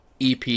EP